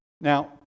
Now